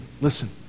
listen